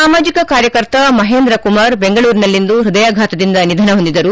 ಸಾಮಾಜಿಕ ಕಾರ್ಯಕರ್ತ ಮಹೇಂದ್ರ ಕುಮಾರ್ ಬೆಂಗಳೂರಿನಲ್ಲಿಂದು ಹೃದಯಾಘಾತದಿಂದ ನಿಧನ ಹೊಂದಿದರು